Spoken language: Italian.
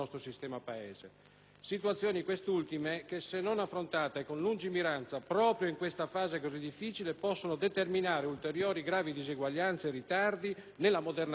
situazioni che, se non affrontate con lungimiranza proprio in questa fase così difficile, possono determinare ulteriori gravi diseguaglianze e ritardi nell'ammodernamento del Paese.